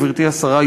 גברתי השרה,